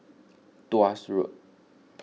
Tuas Road